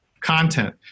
content